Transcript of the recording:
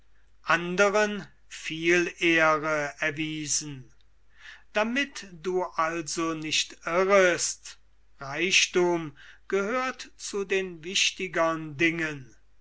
anderen viel ehre erwiesen damit du also nicht irrest reichthum gehört zu den wichtigern dingen